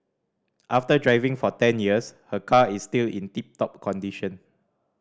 after driving for ten years her car is still in tip top condition